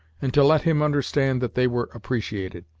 and to let him understand that they were appreciated.